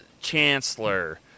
Chancellor